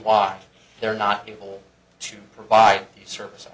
why they're not able to provide the services